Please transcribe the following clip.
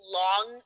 long